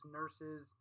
nurses